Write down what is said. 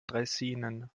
draisinen